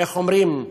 איך אומרים,